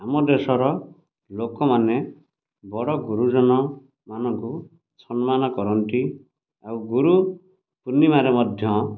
ଆମ ଦେଶର ଲୋକମାନେ ବଡ଼ ଗୁରୁଜନ ମାନଙ୍କୁ ସମ୍ମାନ କରନ୍ତି ଆଉ ଗୁରୁପୂର୍ଣ୍ଣିମାରେ ମଧ୍ୟ